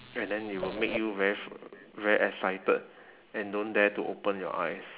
and then it will make you very f~ very excited and don't dare to open your eyes